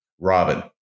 Robin